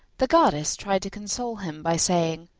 the goddess tried to console him by saying,